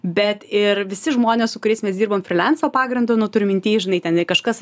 bet ir visi žmonės su kuriais mes dirbom fry lianso pagrindo nu turiu mintyj žinai ten jei kažkas